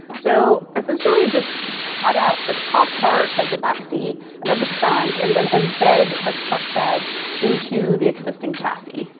so essentially, just cut out the top part of the backseat and of the trunk, and then embed a truck bed into the existing chassis.